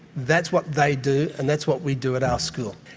that's what they do and that's what we do at our school.